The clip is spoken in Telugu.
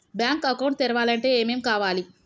బ్యాంక్ అకౌంట్ తెరవాలంటే ఏమేం కావాలి?